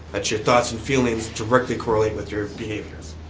that your thoughts and feelings directly correlate with your behaviors.